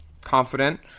confident